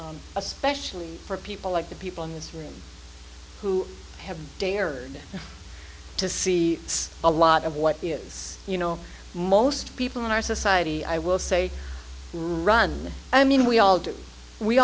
today especially for people like the people in this room who have dared to see a lot of what is you know most people in our society i will say run i mean we all